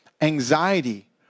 anxiety